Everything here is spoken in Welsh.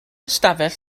ystafell